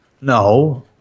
no